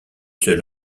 seul